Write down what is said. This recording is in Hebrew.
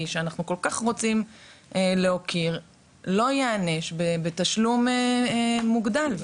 ותיק שאנחנו כל כך רוצים להוקיר לא ייענש בתשלום מוגדל,